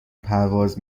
پرواز